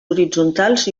horitzontals